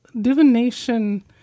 Divination